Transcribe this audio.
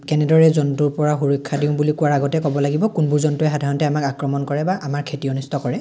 কেনেদৰে জন্তুৰ পৰা সুৰক্ষা দিওঁ বুলি কোৱাৰ আগতে ক'ব লাগিব কোনবোৰ জন্তুৱে সাধাৰণতে আমাক আক্ৰমণ কৰে বা আমাৰ খেতি অনিষ্ট কৰে